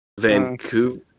Vancouver